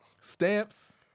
stamps